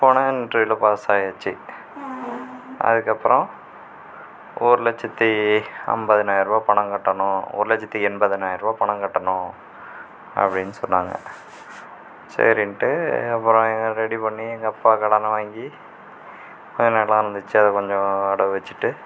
போனேன் இன்டவ்யூயில் பாஸ் ஆயாச்சு அதுக்கப்புறம் ஊரில் சித்தி ஐம்பதனாயர் ரூபா பணம் கட்டணும் ஒரு லட்சத்தி எண்பதனாயிர ரூபா பணம் கட்டணும் அப்படின்னு சொன்னாங்க சரின்ட்டு அப்புறம் ஏன் ரெடி பண்ணி எங்கள் அப்பா கடனை வாங்கி கொஞ்சம் நெலம் இருந்துச்சு அதை கொஞ்சம் அடகு வெச்சுட்டு